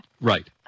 Right